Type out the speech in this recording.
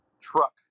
truck